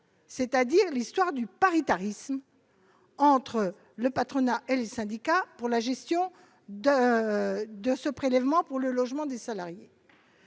c'est-à-dire l'histoire du paritarisme entre le patronat et les syndicats pour la gestion de de ce prélèvement pour le logement des salariés